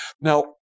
Now